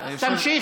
תמשיך,